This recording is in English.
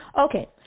Okay